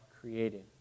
created